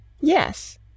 Yes